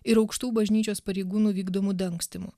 ir aukštų bažnyčios pareigūnų vykdomų dangstymu